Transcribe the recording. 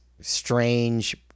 strange